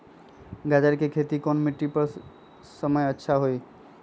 गाजर के खेती कौन मिट्टी पर समय अच्छा से होई?